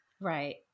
Right